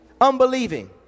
unbelieving